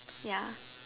ya